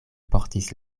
portis